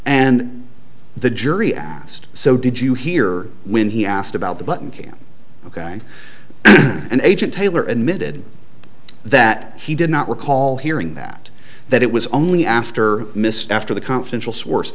and the jury asked so did you hear when he asked about the button and an agent taylor admitted that he did not recall hearing that that it was only after mr after the confidential source